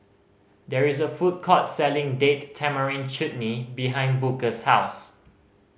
there is a food court selling Date Tamarind Chutney behind Booker's house